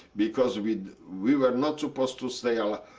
because we we were not supposed to stay there,